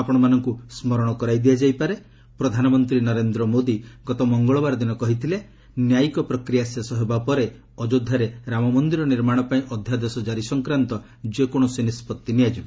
ଆପଶମାନଙ୍କୁ ସ୍ମରଣ କରାଇ ଦିଆଯାଇ ପାରେ ପ୍ରଧାନମନ୍ତ୍ରୀ ନରେନ୍ଦ୍ର ମୋଦି ଗତ ମଙ୍ଗଳବାର ଦିନ କହିଥିଲେ ନ୍ୟାୟିକ ପ୍ରକ୍ରିୟା ଶେଷ ହେବା ପରେ ଅଯୋଧ୍ୟାରେ ରାମମନ୍ଦିର ନିର୍ମାଣ ପାଇଁ ଅଧ୍ୟାଦେଶ ଜାରି ସଂକ୍ରାନ୍ତ ଯେକୌଣସି ନିଷ୍ପଭି ନିଆଯିବ